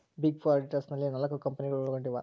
big four auditors ನಲ್ಲಿ ನಾಲ್ಕು ಕಂಪನಿಗಳು ಒಳಗೊಂಡಿವ